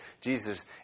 Jesus